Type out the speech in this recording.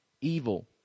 evil